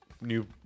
new